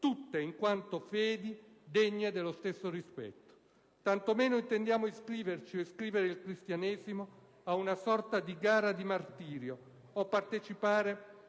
tutte in quanto fedi degne dello stesso rispetto; tanto meno intendiamo iscriverci o iscrivere il Cristianesimo a una sorta di gara di martirio, o partecipare